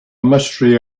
mystery